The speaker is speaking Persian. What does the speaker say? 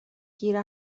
گیر